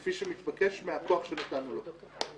כפי שמתבקש מהכוח שנתנו לו.